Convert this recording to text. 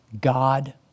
God